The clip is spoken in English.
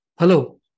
Hello